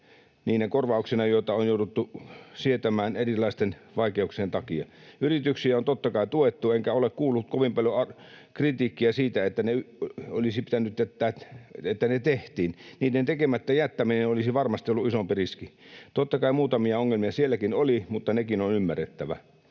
niinä korvauksina, joita on jouduttu sietämään erilaisten vaikeuksien takia. Yrityksiä on totta kai tuettu, enkä ole kuullut kovin paljon kritiikkiä siitä, että niin tehtiin. Sen tekemättä jättäminen olisi varmasti ollut isompi riski. Totta kai muutamia ongelmia sielläkin oli, mutta nekin on ymmärrettävä.